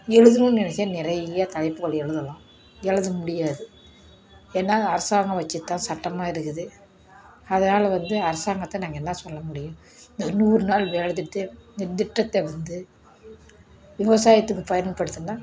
எழுதுணுன்னு நினைச்சா நிறைய தலைப்புகள் எழுதலாம் எழுத முடியாது ஏன்னா அரசாங்கம் வச்சது தான் சட்டமாக இருக்குது அதனால் வந்து அரசாங்கத்தை நாங்கள் என்ன சொல்ல முடியும் இந்த நூறு நாள் வேலை இந்த திட்டத்தை வந்து விவசாயத்துக்கு பயன்படுத்தினா